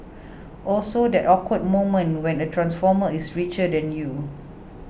also that awkward moment when a transformer is richer than you